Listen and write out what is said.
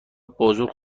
بازور